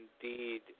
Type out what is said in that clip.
indeed